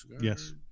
yes